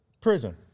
prison